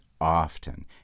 often